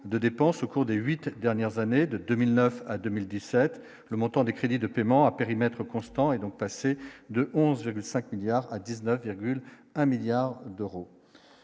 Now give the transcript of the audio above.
de dépenses au cours de 8 dernières années, de 2009 à 2017, le montant des crédits de paiement à périmètre constant, est donc de 11,5 milliards à 19,. Un milliard d'euros,